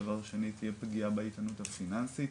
דבר שני תהיה פגיעה בהתנהלות הפיננסית